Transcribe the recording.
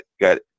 got